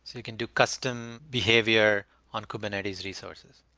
you can do custom behavior on kubernetes resources.